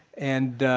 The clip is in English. and,